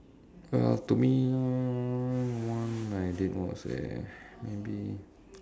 uh to me one I did was uh maybe